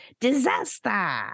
Disaster